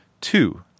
Two